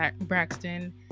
braxton